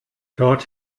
dort